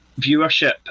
viewership